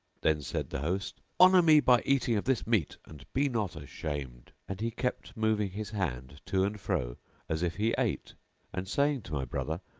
then said the host, honour me by eating of this meat and be not ashamed. and he kept moving his hand to and fro as if he ate and saying to my brother,